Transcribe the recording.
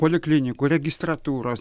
poliklinikų registratūros